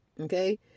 Okay